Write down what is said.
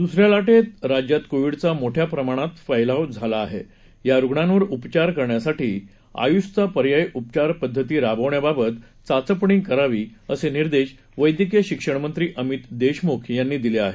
दूसऱ्या लाटेत राज्यात कोविडचा मोठ्या प्रमाणात फैलाव झाला आहे या रुग्णांवर उपचार करण्यासाठी आयूषच्या पर्यायी उपचारपद्धती राबवण्याबाबत चाचपणी करावीअसे निर्देश वैद्यकीय शिक्षण मंत्री अमित देशमुख यांनी दिले आहेत